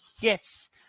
yes